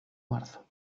marzo